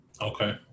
Okay